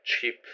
cheap